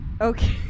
Okay